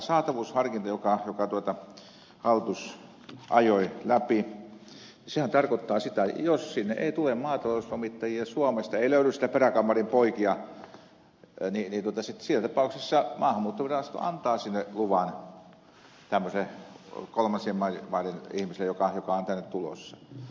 tämä saatavuusharkinta jonka hallitus ajoi läpi sehän tarkoittaa sitä että jos sinne ei tule maatalouslomittajia suomesta ei löydy niitä peräkammarinpoikia niin siinä tapauksessa maahanmuuttovirasto antaa sinne luvan tämmöiselle kolmansien maiden ihmiselle joka on tänne tulossa